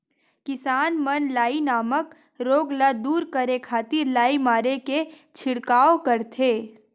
किसान मन लाई नामक रोग ल दूर करे खातिर लाई मारे के छिड़काव करथे